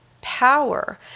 power